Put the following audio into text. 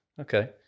Okay